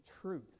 truth